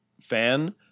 fan